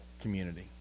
community